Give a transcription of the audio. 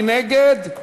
מי נגד?